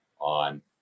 on